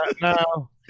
No